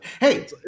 Hey